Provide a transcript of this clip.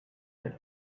that